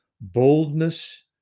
boldness